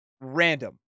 random